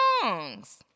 songs